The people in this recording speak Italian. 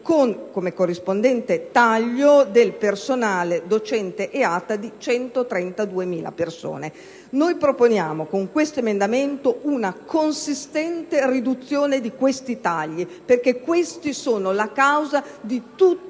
con un corrispondente taglio del personale docente e ATA di 132.000 persone. Proponiamo con tale emendamento una consistente riduzione di questi tagli: essi sono la causa del